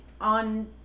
on